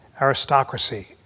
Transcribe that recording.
aristocracy